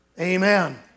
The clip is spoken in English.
amen